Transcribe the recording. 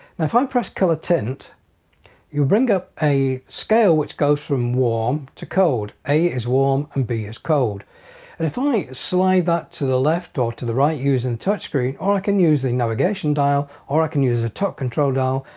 and if i press color tint you bring up a scale which goes from warm to cold. a is warm and b is cold and if i slide that to the left or to the right using and touch screen or i can use the navigation dial or i can use a top control dial,